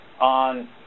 on